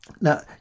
now